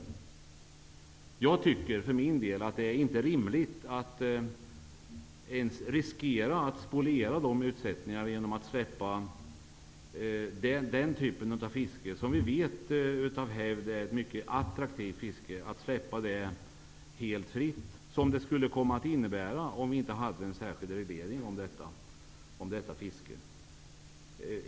För min del tycker jag inte att det är rimligt att ens riskera att spoliera dessa utsättningar genom att släppa den typ av fiske som vi av hävd vet är mycket attraktivt helt fritt. Om vi inte hade en särskild reglering för detta fiske skulle det bli så.